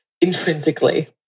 intrinsically